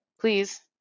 Please